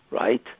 right